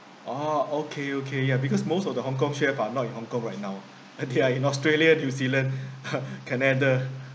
ah okay okay yeah because most of the hong kong chef ah not in hong kong right now they are in australia new zealand canada